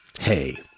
Hey